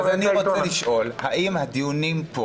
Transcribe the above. אני רוצה לשאול האם הדיונים פה,